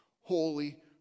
holy